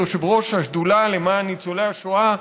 כיושב-ראש השדולה למען ניצולי השואה,